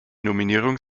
nominierung